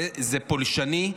זה פולשני,